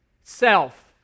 Self